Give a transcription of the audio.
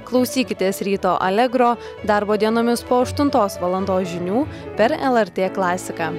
klausykitės ryto allegro darbo dienomis po aštuntos valandos žinių per lrt klasiką